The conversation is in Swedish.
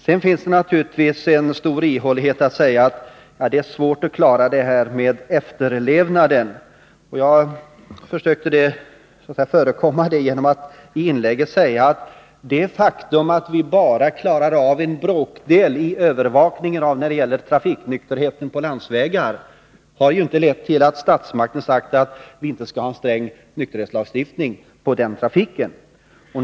Sedan innebär det naturligtvis en stor ihålighet när man säger att det är svårt att klara detta med efterlevnaden. Jag försökte förekomma det talet genom att säga att det faktum att vi bara klarar av en bråkdel när det gäller övervakningen av trafiknykterheten på landsvägar ju inte har lett till att statsmakten sagt att vi inte skall ha en sträng nykterhetslagstiftning när det gäller landsvägstrafiken.